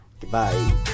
goodbye